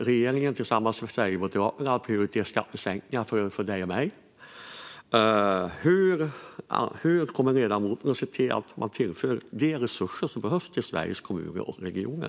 Regeringen tillsammans med Sverigedemokraterna har prioriterat skattesänkningar för ledamoten och mig. Hur kommer ledamoten att se till att man tillför de resurser som behövs till Sveriges Kommuner och Regioner?